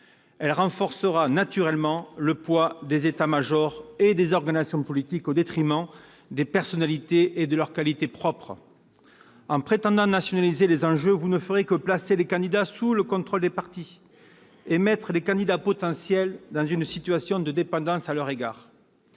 : le renforcement naturel du poids des états-majors et des organisations politiques, au détriment des personnalités et de leurs qualités propres. En prétendant nationaliser les enjeux, vous ne ferez que placer les candidats sous le contrôle des partis et les candidats potentiels dans une situation de dépendance à leur égard.